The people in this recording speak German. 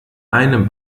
einem